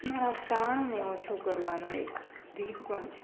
મારા તાણને ઓછું કરવાની એક રીત પણ છે